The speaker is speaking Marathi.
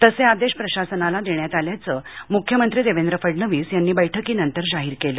तसे आदेश प्रशासनाला देण्यात आल्याचं मुख्यमंत्री देवेंद्र फडणवीस यांनी बैठकीनंतर जाहीर केलं